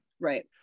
Right